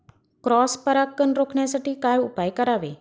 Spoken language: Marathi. क्रॉस परागकण रोखण्यासाठी काय उपाय करावे?